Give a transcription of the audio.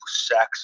sex